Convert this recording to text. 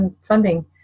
funding